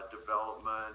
development